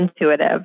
intuitive